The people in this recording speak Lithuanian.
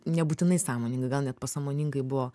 nebūtinai sąmoningai gal net pasąmoningai buvo